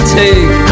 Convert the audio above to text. take